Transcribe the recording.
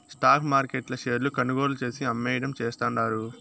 stock మార్కెట్ల షేర్లు కొనుగోలు చేసి, అమ్మేయడం చేస్తండారు